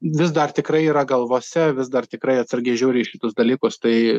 vis dar tikrai yra galvose vis dar tikrai atsargiai žiūri į šitus dalykus tai